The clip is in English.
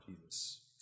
Jesus